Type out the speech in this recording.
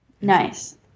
Nice